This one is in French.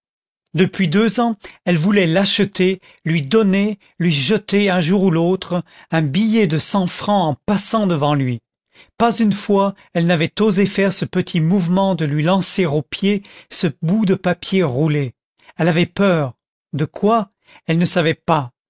depuis deux ans elle voulait l'acheter lui donner lui jeter un jour ou l'autre un billet de cent francs en passant devant lui pas une fois elle n'avait osé faire ce petit mouvement de lui lancer aux pieds ce bout de papier roulé elle avait peur de quoi elle ne savait pas